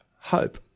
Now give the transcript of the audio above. hope